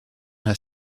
her